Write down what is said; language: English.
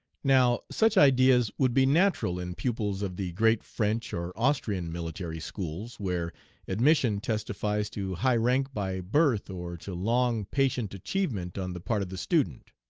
now such ideas would be natural in pupils of the great french or austrian military schools, where admission testifies to high rank by birth or to long, patient achievement on the part of the student.